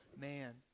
man